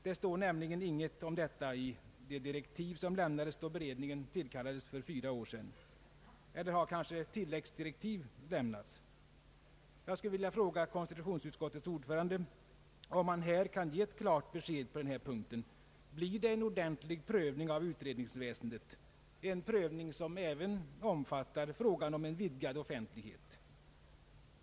Det står nämligen ingenting om detta i de direktiv som lämnades då beredningen tillkallades för fyra år sedan. Eller har kanske tilläggsdirektiv lämnats? Jag skulle vilja fråga konstitutionsutskottets ordförande, om han kan ge ett klart besked på den här punkten. Blir det en ordentlig prövning av utredningsväsendet, en prövning som även omfattar frågan om vidgad offentlighet?